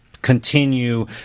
continue